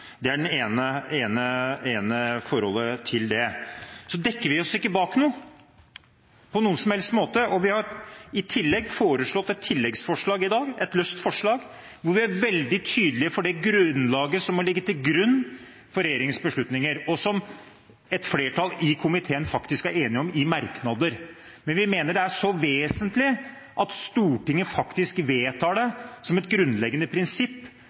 Det er det ene forholdet. Så dekker vi oss ikke bak noe på noen som helst måte. Vi har i tillegg kommet med et tilleggsforslag i dag, et løst forslag, hvor vi er veldig tydelige på det grunnlaget som må ligge til grunn for regjeringens beslutninger, og som et flertall i komiteen faktisk er enige om i merknader. Men vi mener det er så vesentlig at Stortinget faktisk vedtar dette som et grunnleggende prinsipp